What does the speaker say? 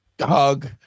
hug